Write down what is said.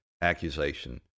accusation